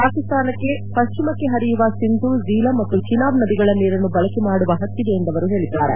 ಪಾಕಿಸ್ತಾನಕ್ಕೆ ಪಶ್ಚಿಮಕ್ಕೆ ಹರಿಯುವ ಸಿಂಧು ಜೀಲಂ ಮತ್ತು ಚಿನಾಬ್ ನದಿಗಳ ನೀರನ್ನು ಬಳಕೆ ಮಾಡುವ ಹಕ್ಕಿದೆ ಎಂದು ಅವರು ಹೇಳಿದ್ದಾರೆ